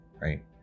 right